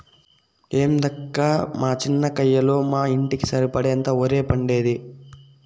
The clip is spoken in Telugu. ఏందక్కా మా చిన్న కయ్యలో మా ఇంటికి సరిపడేంత ఒరే పండేది